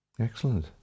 Excellent